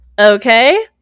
okay